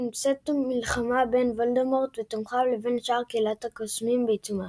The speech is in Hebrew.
נמצאת המלחמה בין וולדמורט ותומכיו לבין שאר קהילת הקוסמים בעיצומה.